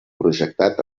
projectat